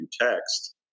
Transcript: text